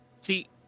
See